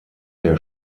der